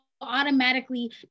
automatically